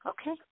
Okay